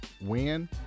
win